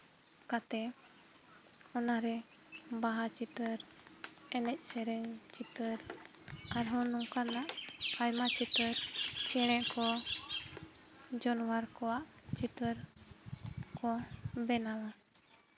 ᱠᱟᱛᱮ ᱚᱱᱟᱨᱮ ᱵᱟᱦᱟ ᱪᱤᱛᱟᱹᱨ ᱮᱱᱮᱡ ᱥᱮᱨᱮᱧ ᱪᱤᱛᱟᱹᱨ ᱟᱨᱦᱚᱸ ᱱᱚᱝᱠᱟᱱᱟᱜ ᱟᱭᱢᱟ ᱪᱤᱛᱟᱹᱨ ᱪᱮᱬᱮ ᱠᱚ ᱡᱟᱱᱣᱟᱨ ᱠᱚᱣᱟᱜ ᱪᱤᱛᱟᱹᱨ ᱠᱚ ᱵᱮᱱᱟᱣᱟ